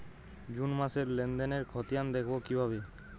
June মাসের লেনদেনের খতিয়ান দেখবো কিভাবে?